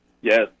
yes